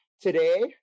today